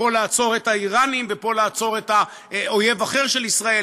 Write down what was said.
פה לעצור את האיראנים ופה לעצור אויב אחר של ישראל,